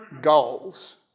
goals